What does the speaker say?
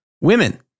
women